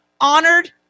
honored